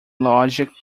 logic